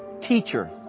teacher